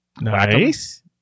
Nice